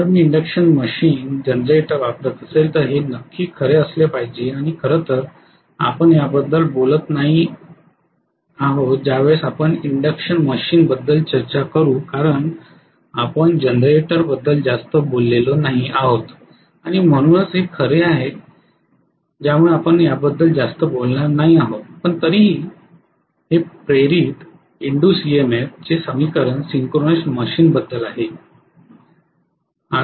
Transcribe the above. जर मी induction machine generator वापरत असेल तर हे नक्की खरे असले पाहिजे आणि खरंतर आपण याबद्दल बोलत नाही आहोत ज्यावेळेस आपण इंडक्शन मशीन बद्दल चर्चा करू कारण आपण जनरेटर बद्दल जास्त बोललेलं नाही आहोत आणि म्हणूनच हेच खरे कारण आहे ज्यामुळे आपण याबद्दल जास्त बोलणार नाही आहोत पण तरी हे प्रेरित ई एम फ चे समीकरण सिंक्रोनस मशीनबद्दल आहे